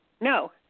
no